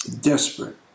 desperate